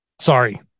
sorry